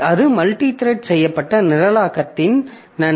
அது மல்டித்ரெட் செய்யப்பட்ட நிரலாக்கத்தின் நன்மை